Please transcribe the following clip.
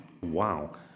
Wow